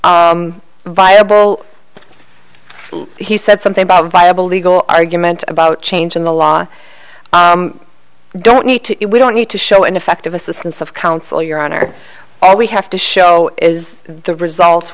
viable he said something about viable legal argument about changing the law don't need to we don't need to show ineffective assistance of counsel your honor all we have to show is the result